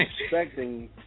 expecting